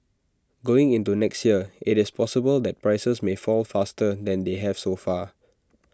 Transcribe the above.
going into next year IT is possible that prices may fall faster than they have so far